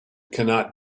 cannot